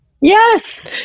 yes